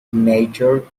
majored